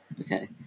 okay